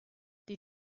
die